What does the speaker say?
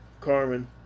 Carmen